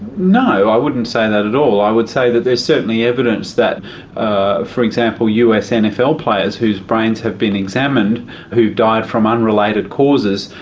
no, i wouldn't say that at all, i would say that there is certainly evidence that for example us nfl players whose brains have been examined who've died from unrelated causes,